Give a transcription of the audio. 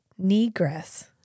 Negress